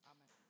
Amen